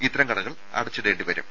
ഇത്തരം കടകൾ അടച്ചിടേണ്ടിവരും